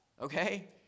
Okay